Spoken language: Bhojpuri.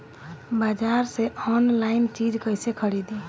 बाजार से आनलाइन चीज कैसे खरीदी?